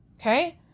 Okay